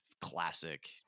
classic